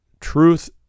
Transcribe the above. Truth